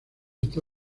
está